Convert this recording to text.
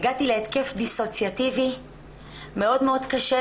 הגעתי להתקף דיסוציאטיבי מאוד מאוד קשה.